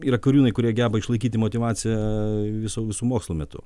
yra kariūnai kurie geba išlaikyti motyvaciją viso visų mokslų metu